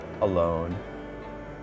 alone